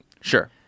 Sure